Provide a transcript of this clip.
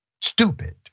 stupid